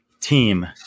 team